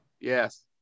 Yes